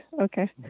okay